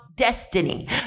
destiny